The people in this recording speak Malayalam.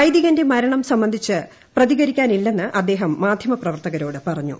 വൈദികന്റെ മരണം സംബന്ധിച്ച് പ്രതികരിക്കാനില്ലെന്ന് അദ്ദേഹം മാധ്യമപ്രവർത്തകരോട് പറഞ്ഞു